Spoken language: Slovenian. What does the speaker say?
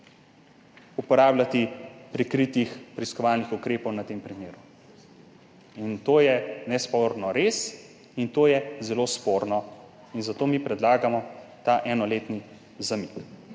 uporabljati prikritih preiskovalnih ukrepov na tem primeru. To je nesporno res in to je zelo sporno. Zato mi predlagamo ta enoletni zamik.